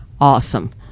awesome